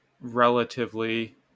relatively